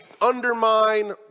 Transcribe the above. undermine